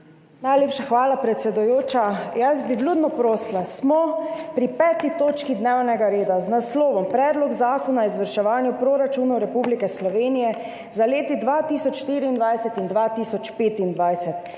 Najlepša hvala, predsedujoča. Vljudno bi prosila, smo pri 5. točki dnevnega reda z naslovom Predlog zakona o izvrševanju proračunov Republike Slovenije za leti 2024 in 2025,